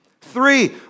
Three